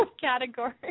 category